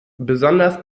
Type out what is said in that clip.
besonders